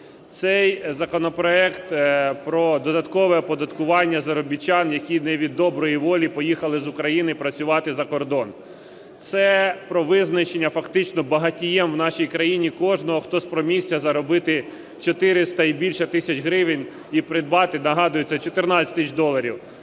Цей законопроект про додаткове оподаткування заробітчан, які не від доброї волі поїхали з України працювати за кордон. Це про визначення фактично багатієм у нашій країні кожного, хто спромігся заробити 400 і більше тисяч гривень і придбати (нагадую, це 14 тисяч доларів)